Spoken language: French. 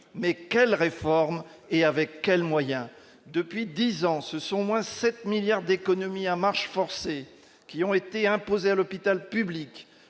mais quelle réforme et avec quels moyens depuis 10 ans se sont moins 7 milliards d'économies à marche forcée qui ont été imposées à l'hôpital public,